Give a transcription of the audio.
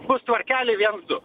bus tvarkelė viens du